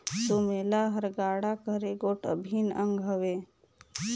सुमेला हर गाड़ा कर एगोट अभिन अग हवे